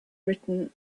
written